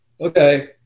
Okay